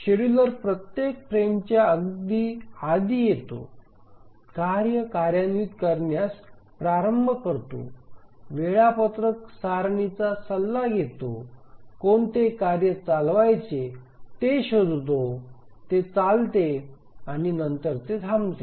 scheduler प्रत्येक फ्रेमच्या अगदी आधी येतो कार्य कार्यान्वित करण्यास प्रारंभ करतो वेळापत्रक सारणीचा सल्ला घेतो कोणते कार्य चालवायचे ते शोधतो ते चालते आणि नंतर ते थांबते